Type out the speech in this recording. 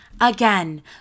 Again